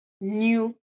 new